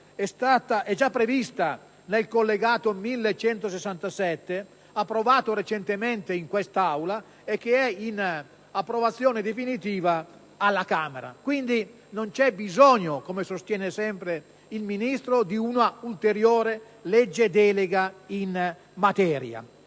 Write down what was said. collegato alla finanziaria, approvato recentemente in quest'Aula e in fase di approvazione definitiva alla Camera. Quindi non c'è bisogno, come sostiene sempre il Ministro, di una ulteriore legge delega in materia.